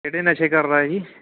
ਕਿਹੜੇ ਨਸ਼ੇ ਕਰਦਾ ਜੀ